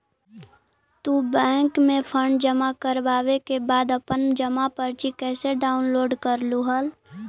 तू बैंक में फंड जमा करवावे के बाद अपन जमा पर्ची कैसे डाउनलोड करलू हल